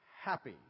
happy